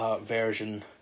version